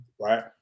right